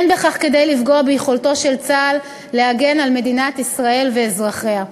אין בכך כדי לפגוע ביכולתו של צה"ל להגן על מדינת ישראל ועל אזרחיה.